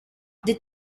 the